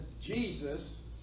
Jesus